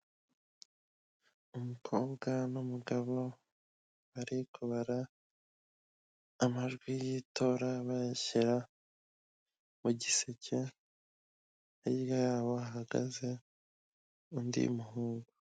Umukobwa n'umugabo bari kubara amajwi y'itora bayashyira mu giseke harya yabo hahagaze undi muhungu.